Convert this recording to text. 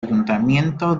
ayuntamiento